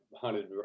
hunted